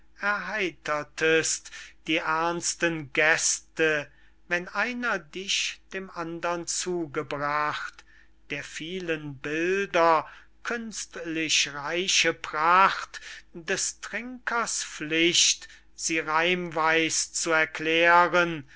erheitertest die ernsten gäste wenn einer dich dem andern zugebracht der vielen bilder künstlich reiche pracht des trinkers pflicht sie reimweis zu erklären